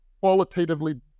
qualitatively